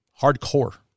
hardcore